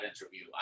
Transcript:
interview